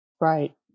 Right